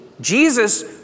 Jesus